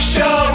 Show